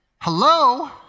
Hello